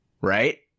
right